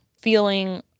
feeling